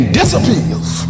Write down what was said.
disappears